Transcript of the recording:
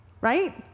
right